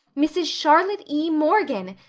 mrs. charlotte e. morgan.